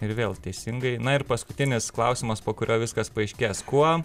ir vėl teisingai na ir paskutinis klausimas po kurio viskas paaiškės kuo